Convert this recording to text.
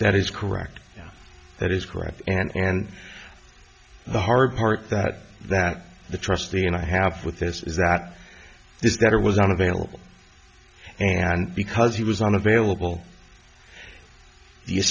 that is correct that is correct and the hard part that that the trustee and i have with this is that this doctor was unavailable and because he was unavailable you